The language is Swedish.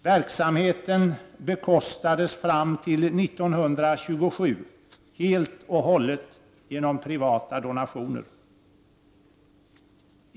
Verksamheten bekostades fram till 1927 helt och hållet genom privata donationer.